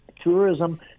tourism